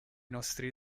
nostri